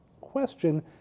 question